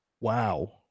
wow